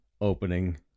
opening